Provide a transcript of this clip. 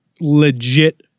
legit-